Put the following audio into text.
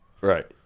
Right